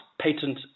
patent